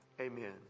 amen